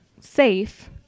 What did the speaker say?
safe